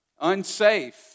Unsafe